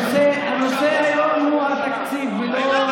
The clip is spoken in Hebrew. הנושא היום הוא התקציב ולא,